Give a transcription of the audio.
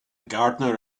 gardener